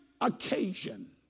occasion